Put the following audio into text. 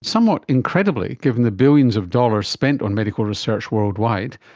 somewhat incredibly, given the billions of dollars spent on medical research worldwide,